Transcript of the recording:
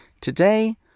Today